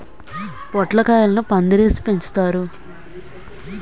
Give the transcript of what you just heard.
పొట్లకాయలను పందిరేసి పెంచుతారు